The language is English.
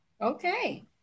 okay